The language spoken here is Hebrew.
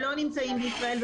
שלא נמצאים בישראל,